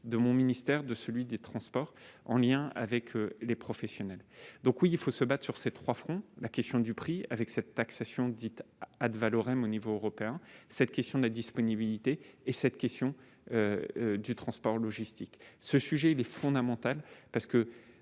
de mon ministère de celui des transports, en lien avec les professionnels, donc oui, il faut se battre sur ces 3 fronts : la question du prix avec cette taxation dites Ad Valorem au niveau européen, cette question de la disponibilité et cette question du transport logistique ce sujet il est fondamental parce que